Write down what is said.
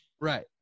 right